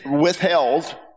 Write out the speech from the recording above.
withheld